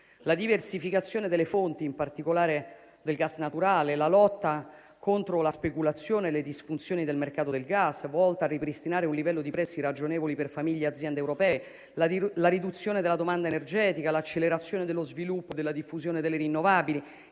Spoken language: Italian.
la diversificazione delle fonti, in particolare del gas naturale; la lotta contro la speculazione e le disfunzioni del mercato del gas, volta a ripristinare un livello di prezzi ragionevoli per famiglie e aziende europee; la riduzione della domanda energetica; l'accelerazione dello sviluppo e della diffusione delle rinnovabili;